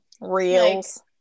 reels